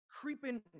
creeping